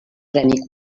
premi